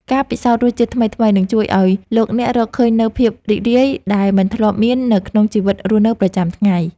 ការពិសោធន៍រសជាតិថ្មីៗនឹងជួយឱ្យលោកអ្នករកឃើញនូវភាពរីករាយដែលមិនធ្លាប់មាននៅក្នុងជីវិតរស់នៅប្រចាំថ្ងៃ។